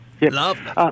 Love